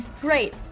Great